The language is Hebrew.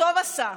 וטוב עשה.